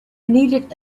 needed